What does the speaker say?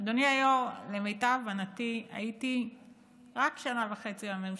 אדוני היו"ר, הייתי רק שנה וחצי בממשלה,